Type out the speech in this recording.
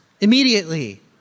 immediately